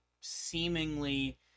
seemingly